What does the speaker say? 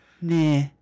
nah